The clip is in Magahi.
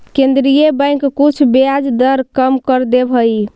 केन्द्रीय बैंक कुछ ब्याज दर कम कर देवऽ हइ